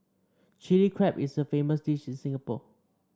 Chilli Crab is a famous dish in Singapore